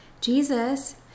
Jesus